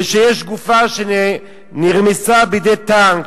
ושיש גופה שנרמסה בידי טנק,